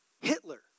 Hitler